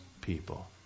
people